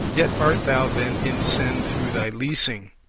yet art thou then in sin through thy leasing.